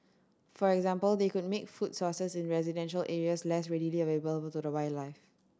for example they could make food sources in residential areas less readily available to the wildlife